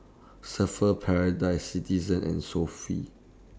Surfer's Paradise Citizen and Sofy